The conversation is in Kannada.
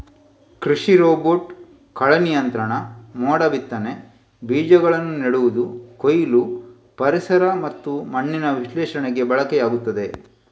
ಕೃಷಿ ರೋಬೋಟ್ ಕಳೆ ನಿಯಂತ್ರಣ, ಮೋಡ ಬಿತ್ತನೆ, ಬೀಜಗಳನ್ನ ನೆಡುದು, ಕೊಯ್ಲು, ಪರಿಸರ ಮತ್ತೆ ಮಣ್ಣಿನ ವಿಶ್ಲೇಷಣೆಗೆ ಬಳಕೆಯಾಗ್ತದೆ